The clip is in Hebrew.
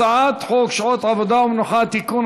הצעת חוק שעות עבודה ומנוחה (תיקון,